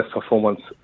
performance